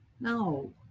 No